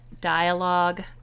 dialogue